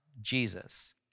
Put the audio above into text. Jesus